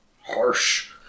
Harsh